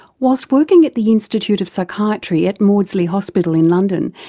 while working at the institute of psychiatry at maudsley hospital in london,